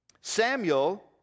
Samuel